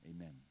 amen